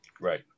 Right